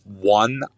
one